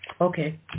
Okay